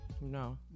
No